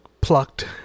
plucked